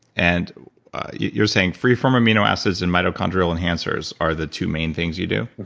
and you're saying freeform amino acids and mitochondrial enhancers are the two main things you do?